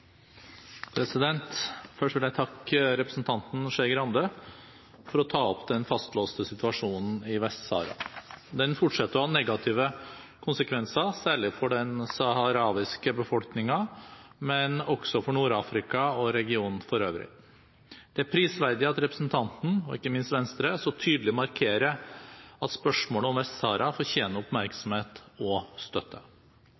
Først vil jeg takke representanten Skei Grande for å ta opp den fastlåste situasjonen i Vest-Sahara. Den fortsetter å ha negative konsekvenser, særlig for den saharawiske befolkningen, men også for Nord-Afrika og regionen for øvrig. Det er prisverdig at representanten og ikke minst Venstre så tydelig markerer at spørsmålet om Vest-Sahara fortjener